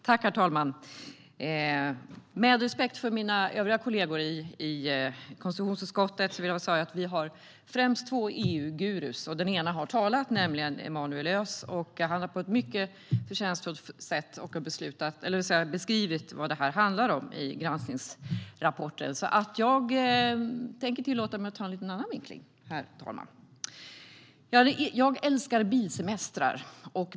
Herr talman! Med all respekt för mina övriga kollegor i konstitutionsutskottet vill jag säga att vi har två riktiga EU-guruer. Den ena av dem har talat, nämligen Emanuel Öz, som på ett mycket förtjänstfullt sätt beskrivit vad granskningsrapporten handlar om. Jag tänker därför tillåta mig en lite annan vinkling, herr talman. Jag älskar bilsemestrar.